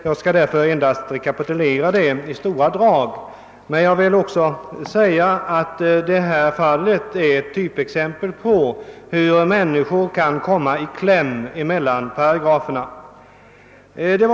Jag skall därför rekapitulera det endast i stora drag, men jag vill också säga att fallet är ett typexempel på hur människor kan komma i kläm mellan paragraferna.